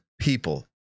people